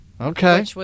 Okay